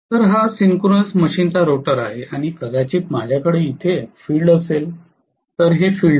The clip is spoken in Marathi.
तर हा सिंक्रोनस मशीन चा रोटर आहे आणि कदाचित माझ्याकडे इथे फील्ड असेल हे फील्ड आहे